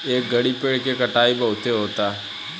ए घड़ी पेड़ के कटाई बहुते होता